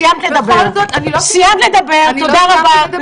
סיימת לדבר, תודה רבה.